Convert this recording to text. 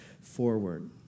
forward